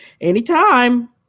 anytime